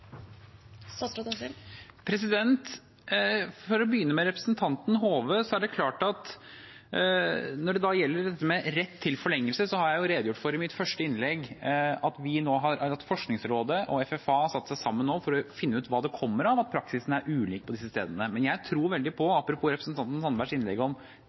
For å begynne med representanten Hove: Når det gjelder rett til forlengelse, redegjorde jeg i mitt første innlegg for at Forskningsrådet og FFA nå har satt seg sammen for å finne ut hva det kommer av at praksisen er ulik på disse stedene. Men jeg tror veldig på, apropos representanten Sandbergs innlegg om